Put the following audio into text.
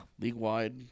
League-wide